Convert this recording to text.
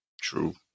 true